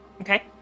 Okay